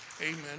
Amen